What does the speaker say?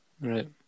Right